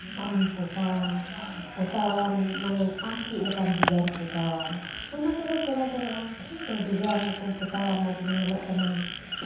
ᱟᱢ ᱯᱚᱛᱟᱣ ᱟᱢ ᱯᱚᱛᱟᱣ ᱟᱢ ᱢᱟᱱᱮ ᱟᱢ ᱪᱮᱫ ᱞᱮᱠᱟᱱ ᱰᱤᱡᱟᱭᱤᱱ ᱯᱚᱛᱟᱣ ᱟᱢ ᱚᱱᱟ ᱠᱚᱦᱚᱸ ᱠᱚᱨᱟᱣ ᱫᱟᱲᱮ ᱟᱢ ᱛᱳ ᱰᱤᱡᱟᱭᱤᱱ ᱠᱚᱢ ᱯᱚᱛᱟᱣᱟ ᱢᱚᱡᱽ ᱜᱮ ᱧᱮᱞᱚᱜ ᱛᱟᱢᱟ